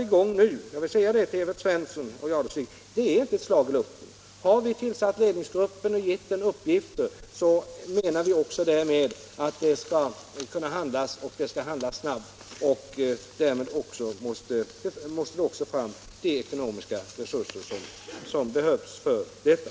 vill säga till herr Svensson i Kungälv och till herr Jadestig att det som vi har satt i gång nu inte är något slag i luften. När vi har tillsatt denna ledningsgrupp och givit den uppgifter, då menar vi också att man skall kunna handla, och handla snabbt, och därvid måste man även ta fram de ekonomiska resurser som behövs för detta.